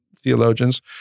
theologians